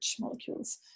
molecules